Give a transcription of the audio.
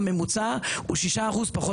והממוצע בחדרה דווקא הוא ששה אחוזים פחות